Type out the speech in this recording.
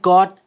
God